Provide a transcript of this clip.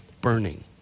burning